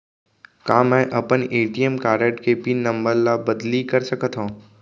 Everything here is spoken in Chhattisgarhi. का मैं अपन ए.टी.एम कारड के पिन नम्बर ल बदली कर सकथव?